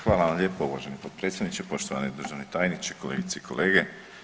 Hvala vam lijepo uvaženi potpredsjedniče, poštovani državni tajniče, kolegice i kolege.